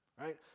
right